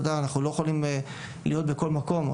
אנחנו לא יכולים להיות בכל מקום.